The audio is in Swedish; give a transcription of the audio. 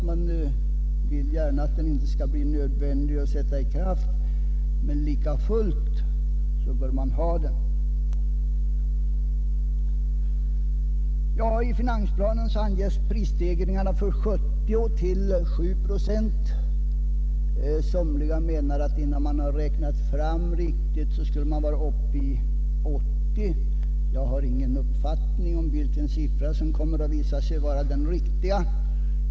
Man vill gärna att det inte skall bli nödvändigt att sätta beredskapen i kraft, men lika fullt bör man ha den. I finansplanen anges prisstegringarna för 1970 till 7 procent. Somliga menar att när man har räknat fram prisstegringarna ordentligt kommer vi att vara uppe i 8 procent. Jag har ingen uppfattning om vilken siffra som kommer att visa sig vara den riktiga.